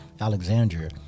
Alexandria